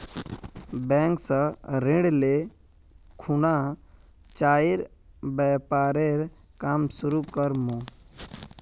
bank स ऋण ले खुना चाइर व्यापारेर काम शुरू कर मु